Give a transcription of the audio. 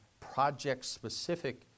project-specific